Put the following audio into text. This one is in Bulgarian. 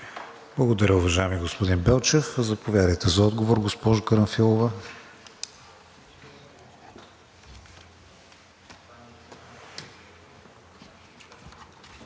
Благодаря, уважаеми господин Белчев. Заповядайте за отговор, госпожо Карамфилова.